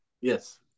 Yes